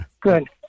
Good